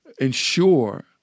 ensure